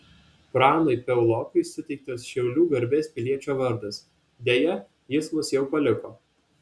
pranui piaulokui suteiktas šiaulių garbės piliečio vardas deja jis mus jau paliko